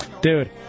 Dude